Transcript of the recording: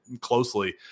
closely